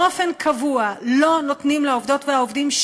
לא נותנים לעובדות ולעובדים,